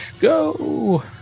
Go